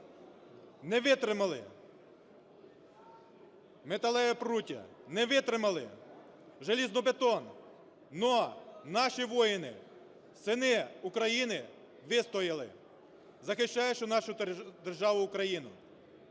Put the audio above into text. не витримали металеві пруття, не витримав залізобетон, но наші воїни - сини України вистояли, захищаючи нашу державу Україну.